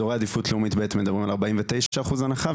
אזורי עדיפות לאומית ב' מדברים על 49% הנחה.